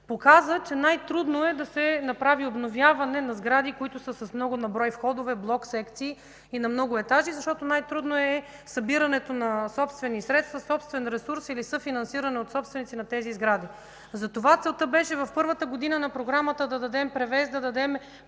показват, че най-трудно е да се направи обновяване на сгради, които са с много на брой входове, блок секции и на много етажи, защото най трудно е събирането на собствени средства, собствен ресурс или съфинансиране от собствениците на тези сгради. Затова целта беше в първата година на Програмата да дадем превес, повече